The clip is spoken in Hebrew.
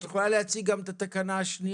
את יכולה להציג גם את התקנה השנייה?